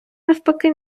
навпаки